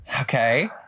Okay